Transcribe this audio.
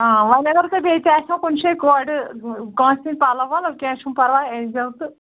آ وۅنۍ اگر تُہۍ بیٚیہِ تہِ آسیو کُنہِ جایہِ گۄڈٕ کٲنٛسہِ ہٕنٛدۍ پَلو وَلو کیٚنٛہہ چھُنہٕ پَرواے أنۍ زیٚو تہٕ